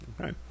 Okay